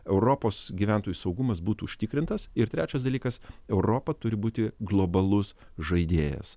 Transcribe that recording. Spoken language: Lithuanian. europos gyventojų saugumas būtų užtikrintas ir trečias dalykas europa turi būti globalus žaidėjas